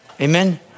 Amen